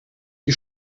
die